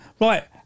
Right